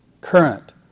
current